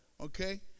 Okay